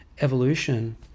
evolution